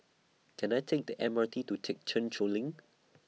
Can I Take The M R T to Thekchen Choling